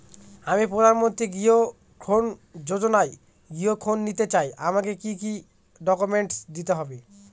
আমি প্রধানমন্ত্রী গৃহ ঋণ যোজনায় গৃহ ঋণ নিতে চাই আমাকে কি কি ডকুমেন্টস দিতে হবে?